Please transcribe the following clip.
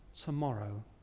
tomorrow